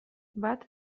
bat